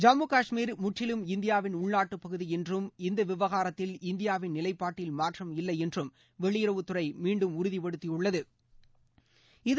ஜம்மு கஷ்மீர் முற்றிலும் இந்தியாவின் உள்நாட்டு பகுதி என்றும் இந்த விவகாரத்தில் இந்தியாவின் நிலைபாட்டில் மாற்றம் இல்லை என்றும் வெளியுறவுத்துறை மீண்டும் உறுதிப்படுத்தியுள்ளது